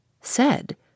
Said